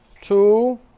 Two